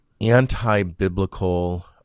anti-biblical